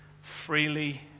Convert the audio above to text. freely